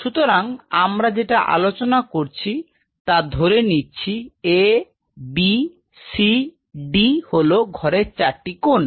সুতরাং আমরা যেটা আলোচনা করছি তা ধরে নিচ্ছি A B C D হল ঘরের চারটি কোন